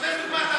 תשמש דוגמה,